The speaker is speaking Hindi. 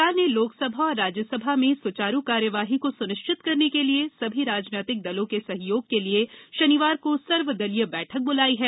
सरकार ने लोकसभा और राज्यसभा में सुचारू कार्यवाही को सुनिश्चित करने के लिए सभी राजनीतिक दलों के सहयोग के लिए शनिवार को सर्वदलीय बैठक बुलाई है